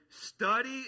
study